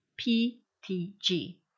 PTG